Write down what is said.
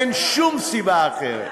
אין שום סיבה אחרת.